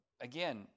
Again